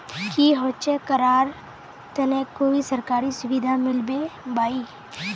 की होचे करार तने कोई सरकारी सुविधा मिलबे बाई?